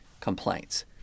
complaints